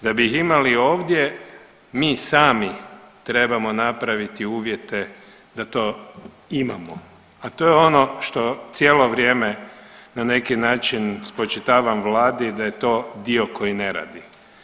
Da bi ih imali ovdje mi sami trebamo napraviti uvjete da to imamo, a to je ono što cijelo vrijeme na neki način spočitavam vladi da je to dio koji ne radi.